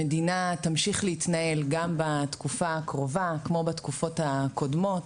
המדינה תמשיך להתנהל גם בתקופה הקרובה כמו בתקופות הקודמות,